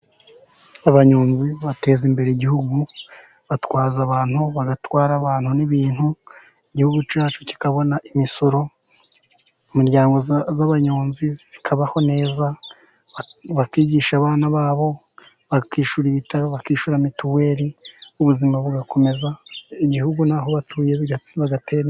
Abanyonzi bateza imbere igihugu batwaza abantu bagatwara abantu n'ibintu igihugu cyacu kikabona imisoro imiryango y'abanyonzi ikabaho neza bakigisha abana babo, bakishyura ibitaro bakishyura mituweli ubuzima bugakomeza igihugu n'aho batuye bagatera imbere.